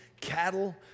cattle